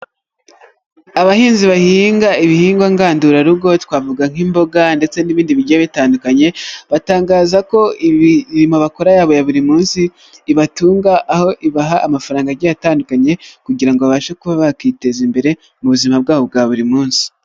Abahinzi bahinga ibihingwa ngandurarugo, twavuga nk'imboga ndetse n'ibindi bigiye bitandukanye, batangaza ko imirimo bakora yabo ya buri munsi ibatunga, aho ibaha amafaranga agiye atandukanye, kugira ngo babashe kuba bakiteza imbere mu buzima bwabo bwa buri munsi.